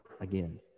again